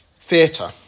theatre